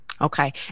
Okay